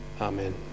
Amen